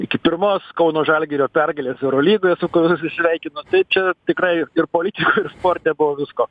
iki pirmos kauno žalgirio pergalės eurolygoje su ku visus sveikinu tai čia tikrai ir politikoj ir sporte buvo visko